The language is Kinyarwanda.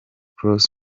cross